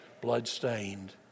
blood-stained